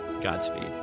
Godspeed